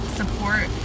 support